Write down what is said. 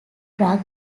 drug